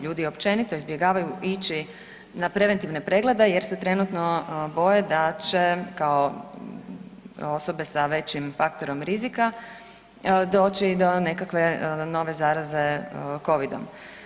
Ljudi općenito izbjegavaju ići na preventivne preglede jer se trenutno boje da će kao osobe sa većim faktorom rizika doći do nekakve zaraze Covidom.